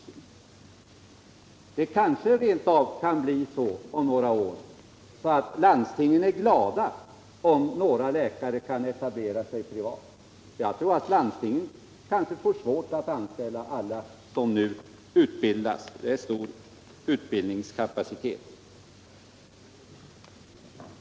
Om några år kanske det rent av kan bli så att landstingen är glada om några läkare kan etablera sig privat. Jag tror att landstingen kan komma att få svårt att anställa dem som nu utbildas — vi har ju en stor utbildningskapacitet.